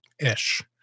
ish